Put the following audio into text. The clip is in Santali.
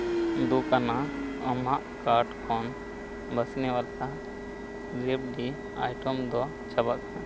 ᱫᱩᱠᱷ ᱟᱱᱟᱜ ᱟᱢᱟᱜ ᱠᱟᱨᱴ ᱠᱷᱚᱱ ᱵᱟᱥᱱᱮᱵᱟᱞᱟ ᱨᱮᱯᱰᱤ ᱟᱭᱴᱮᱢ ᱫᱚ ᱪᱟᱵᱟᱜ ᱠᱟᱱᱟ